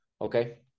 Okay